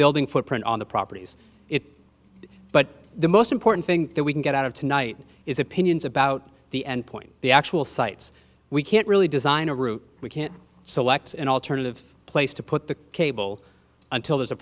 building footprint on the properties it but the most important thing that we can get out of tonight is opinions about the endpoint the actual sites we can't really design a route we can't select an alternative place to put the cable until there's a